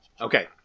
Okay